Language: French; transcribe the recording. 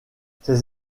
ses